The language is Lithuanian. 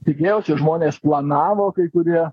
tikėjosi žmonės planavo kai kurie